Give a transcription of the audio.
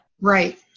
Right